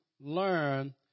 learn